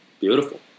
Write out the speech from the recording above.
Beautiful